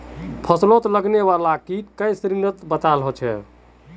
फस्लोत लगने वाला कीट कई श्रेनित बताल होछे